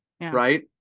right